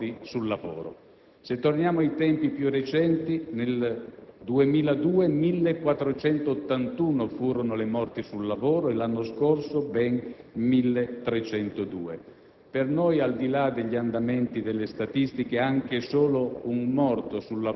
ci furono in Italia ben 4.644 morti sul lavoro; se torniamo ai tempi più recenti, nel 2002, 1.481 furono le morti sul lavoro e l'anno scorso ben 1.302.